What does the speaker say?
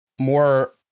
More